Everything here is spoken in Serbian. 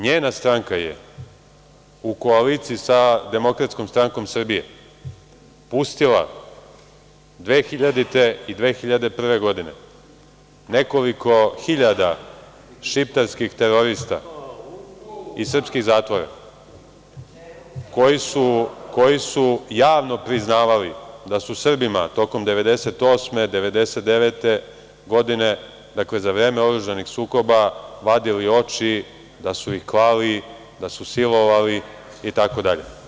NJena stranka je u koaliciji sa DSS pustila 2000. i 2001. godine nekoliko hiljada šiptarskih terorista iz srpskih zatvora koji su javno priznavali da su Srbima tokom 1998, 1999. godine, dakle, za vreme oružanih sukoba vadili oči, da su ih klali, da su silovali, itd.